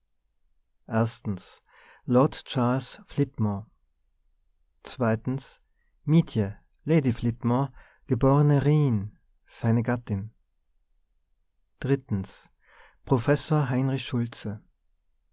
lord charles flitmore mietje lady flitmore geborene rijn seine gattin professor heinrich schultze